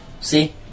See